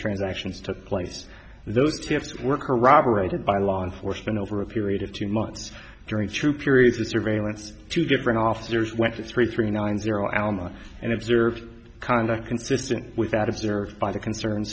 transactions took place those tips were corroborated by law enforcement over a period of two months during through periods of surveillance two different officers went to three three nine zero elma and observed conduct consistent with that observed by the concern